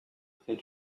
près